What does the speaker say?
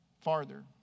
farther